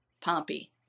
Pompey